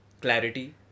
clarity